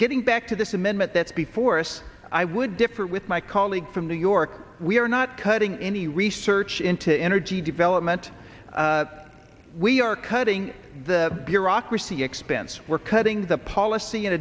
getting back to this amendment that's before us i would differ with my colleague from new york we are not cutting any research into energy development we are cutting the bureaucracy expense we're cutting the pol